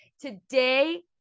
Today